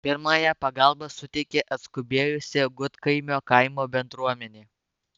pirmąją pagalbą suteikė atskubėjusi gudkaimio kaimo bendruomenė